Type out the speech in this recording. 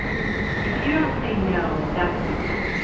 if you don't say no, that's consent,